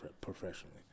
professionally